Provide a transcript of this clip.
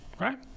right